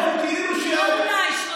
וכאילו, לא אולי.